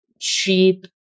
cheap